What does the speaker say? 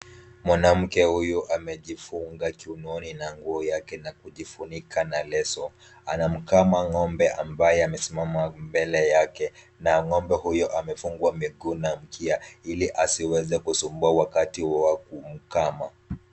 Mwanamke huyu amejifunga kiunoni na nguo yake na kujifunika na leso. Anamkama ng'ombe ambaye amesimama mbele yake na ng'ombe huyo amefungwa miguu na mkia ili asiweze kusumbua wakati huo wa kumkama.